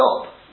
stop